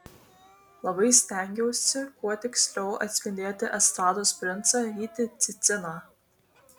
labai stengiausi kuo tiksliau atspindėti estrados princą rytį ciciną